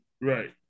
Right